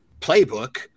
playbook